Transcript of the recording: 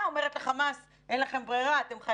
לא יכול להיות שמשפטים כאלה --- אתמול דיברתי עם 20 איש,